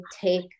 take